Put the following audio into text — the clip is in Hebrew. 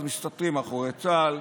אז מסתתרים מאחורי צה"ל.